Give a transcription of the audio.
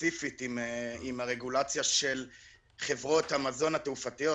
ספציפית עם הרגולציה של חברות המזון התעופתיות,